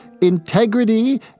integrity